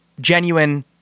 genuine